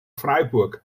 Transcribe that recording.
freiburg